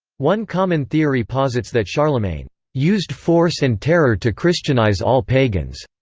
one common theory posits that charlemagne used force and terror to christianise all pagans,